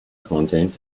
content